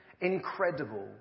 incredible